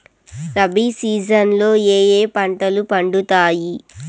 rabi season లో ఏ ఏ పంటలు పండుతాయి